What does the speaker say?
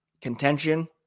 contention